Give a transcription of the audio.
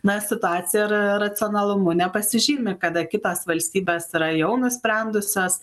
na situacija ir racionalumu nepasižymi kada kitos valstybės yra jau nusprendusios